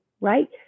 right